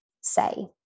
say